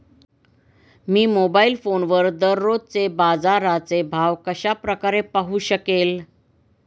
मी mobile फोनवर दररोजचे बाजाराचे भाव कशा प्रकारे पाहू शकेल?